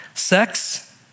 Sex